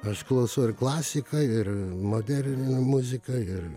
aš klausau ir klasiką ir modernią muziką ir